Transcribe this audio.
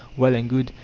well and good!